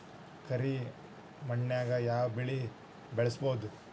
ಕರಿ ಮಣ್ಣಾಗ್ ಯಾವ್ ಬೆಳಿ ಬೆಳ್ಸಬೋದು?